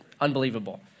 unbelievable